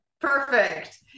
Perfect